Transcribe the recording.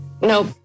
Nope